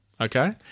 Okay